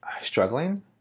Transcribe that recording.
struggling